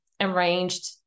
arranged